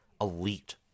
Elite